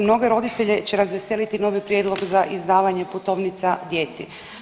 Mnoge roditelje će razveseliti novi prijedlog za izdavanje putovnica djeci.